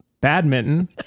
badminton